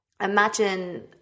Imagine